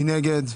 מי נגד?